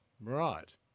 Right